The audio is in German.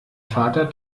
vater